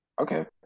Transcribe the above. Okay